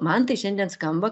man tai šiandien skamba